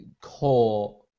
core